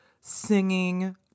singing